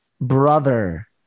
brother